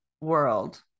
world